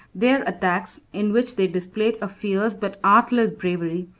their attacks, in which they displayed a fierce but artless bravery,